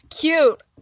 Cute